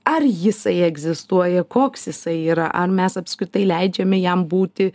ar jisai egzistuoja koks jisai yra ar mes apskritai leidžiame jam būti